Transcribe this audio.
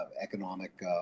economic